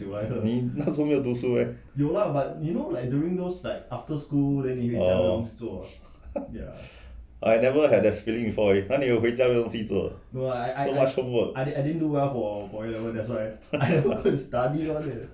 你那个时候没有读书 meh oh I never have that feeling before 哪里有回家没有东西做的:na li youhui jia mei you dong xi zuo de so much homework